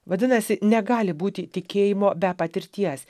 vadinasi negali būti tikėjimo be patirties